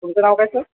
तुमचं नाव काय सर